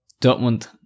Dortmund